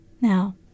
Now